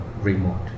remote